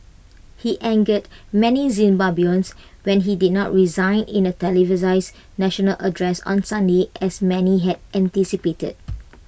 he angered many Zimbabweans when he did not resign in A televised national address on Sunday as many had anticipated